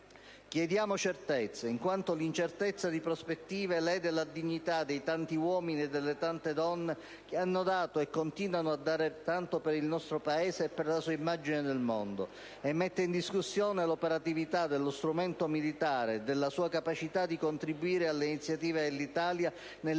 Chiediamo certezze, in quanto l'incertezza di prospettive lede la dignità dei tanti uomini e delle tante donne che hanno dato e continuano a dare tanto per il nostro Paese e per la sua immagine nel mondo e mette in discussione l'operatività dello strumento militare e sua capacità di contribuire alle iniziative dell'Italia